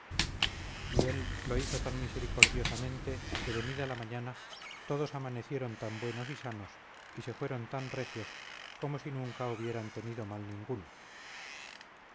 y él lo hizo tan misericordiosamente que venida la mañana todos amanecieron tan buenos y sanos y se fueron tan recios como si nunca hubieran tenido mal ninguno